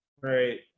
right